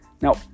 Now